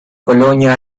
colonia